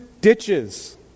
ditches